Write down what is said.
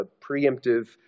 preemptive